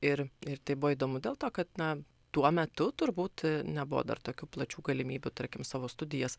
ir ir tai buvo įdomu dėl to kad na tuo metu turbūt nebuvo dar tokių plačių galimybių tarkim savo studijas